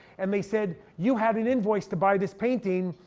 and they said you had an invoice to buy this painting,